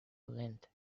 length